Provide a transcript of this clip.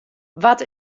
wat